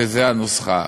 וזו הנוסחה.